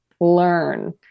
learn